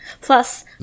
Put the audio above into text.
Plus